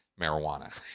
marijuana